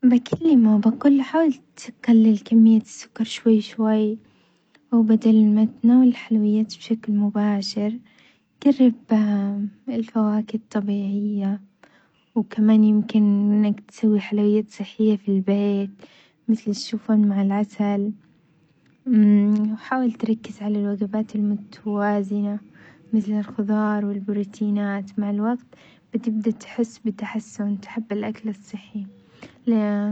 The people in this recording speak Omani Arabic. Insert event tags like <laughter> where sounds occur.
بكلمه وبقول له حاول تقلل كمية السكر شوي شوي، وبدل ما تتناول الحلويات بشكل مباشر جرب <hesitation> الفواكه الطبيعية وكمان أنك تسوي حلويات صحية ف البيت مثل الشوفات مع العسل، وحاول تركز على الوجبات المتوازنة مثل الخضار والبروتينات مع الوقت بتبدأ تحس بتحسن تحب الأكل الصحي، ل.